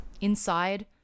Inside